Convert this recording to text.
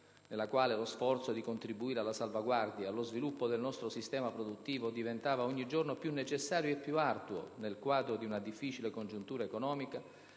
nella quale lo sforzo di contribuire alla salvaguardia e allo sviluppo del nostro sistema produttivo diventava ogni giorno più necessario e più arduo, nel quadro di una difficile congiuntura economica